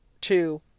two